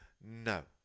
No